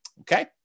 Okay